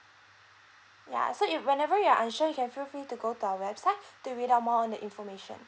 ya so if whenever you're unsure you can feel free to go to our website to read out more on the information